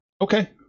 Okay